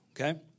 Okay